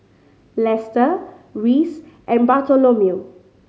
Lester Reece and Bartholomew